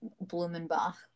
Blumenbach